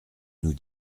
nous